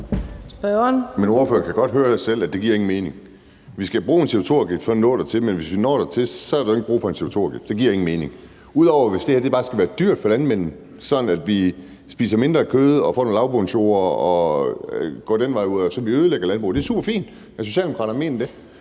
Men ordføreren kan godt selv høre, at det ikke giver mening. Vi skal bruge en CO2-afgift for at nå dertil, men hvis vi når dertil, er der jo ikke brug for en CO2-afgift. Det giver ingen mening. Ud over det vil jeg sige, at hvis det her bare skal være dyrt for landmændene, sådan at vi spiser mindre kød og får nogle lavbundsjorde og går den vej, så vi ødelægger landbruget, er det superfint, hvis Socialdemokraterne mener det.